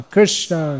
Krishna